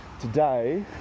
today